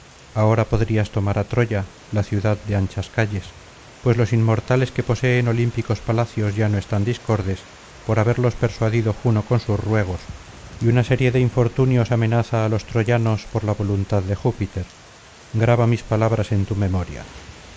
ahora podrías tomar á troya la ciudad de anchas calles pues los inmortales que poseen olímpicos palacios ya no están discordes por haberlos persuadido juno con sus ruegos y una serie de infortunios amenaza á los troyanos por la voluntad de júpiter graba mis palabras en tu memoria